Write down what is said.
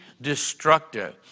destructive